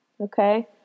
Okay